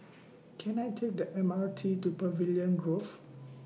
Can I Take The M R T to Pavilion Grove